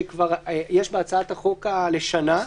שכבר יש בהצעת החוק לשנה,